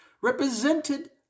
represented